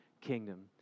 kingdom